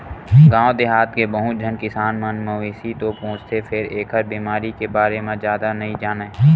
गाँव देहाथ के बहुत झन किसान मन मवेशी तो पोसथे फेर एखर बेमारी के बारे म जादा नइ जानय